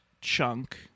chunk